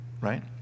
right